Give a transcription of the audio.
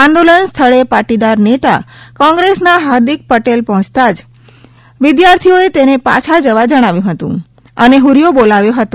આંદોલન સ્થળે પાટીદાર નેતા કોંગ્રેસના હાર્દિક પટેલ પહોંચતાં જ વિદ્યાર્થીઓએ તેને પાછા જવા જણાવ્યું હતું અને ફરીયો બોલાવ્યો હતો